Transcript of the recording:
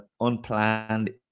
unplanned